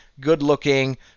good-looking